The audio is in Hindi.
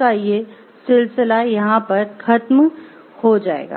का ये सिलसिला यहां पर खत्म हो जाएगा